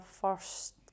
first